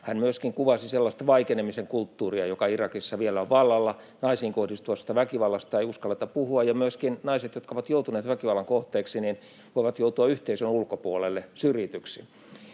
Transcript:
Hän myöskin kuvasi sellaista vaikenemisen kulttuuria, joka Irakissa vielä on vallalla. Naisiin kohdistuvasta väkivallasta ei uskalleta puhua, ja naiset, jotka ovat joutuneet väkivallan kohteeksi, voivat myöskin joutua yhteisön ulkopuolelle, syrjityiksi.